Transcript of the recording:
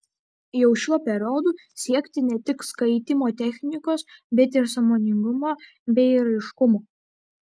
jau šiuo periodu siekti ne tik skaitymo technikos bet ir sąmoningumo bei raiškumo